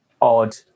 odd